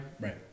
Right